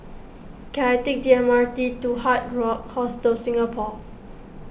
can I take the M R T to Hard Rock Hostel Singapore